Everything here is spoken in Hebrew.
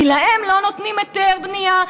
כי להם לא נותנים היתר בנייה.